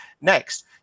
Next